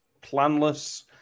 planless